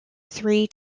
three